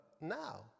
now